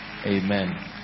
Amen